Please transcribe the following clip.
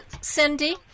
Cindy